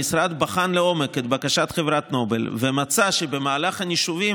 המשרד בחן לעומק את בקשת חברת נובל ומצא שבמהלך הנישובים